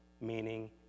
meaning